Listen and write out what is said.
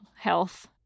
health